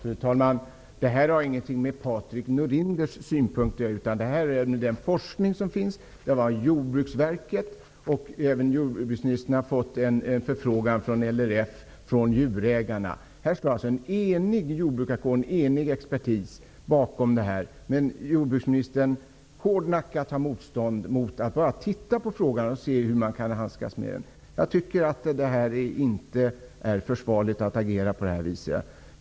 Fru talman! Det här har ingenting med Patrik Norinders synpunkter att göra. Det är fråga om den forskning som finns. Jordbruksverket och även jordbruksministern har fått en förfrågan från LRF, från djurägarna. En enig jordbrukarkår och en enig expertis står bakom denna fråga. Jordbruksministern motsätter sig hårdnackat att ens titta på frågan för att se hur man kan handskas med den. Jag tycker inte att det är försvarligt att agera på det här sättet.